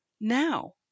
now